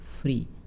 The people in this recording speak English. free